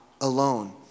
alone